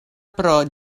pro